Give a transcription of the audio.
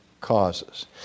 causes